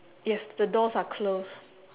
yes the doors are close